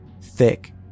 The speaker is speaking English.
thick